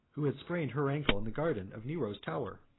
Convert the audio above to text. who had sprained her ankle in the garden of nero's tower.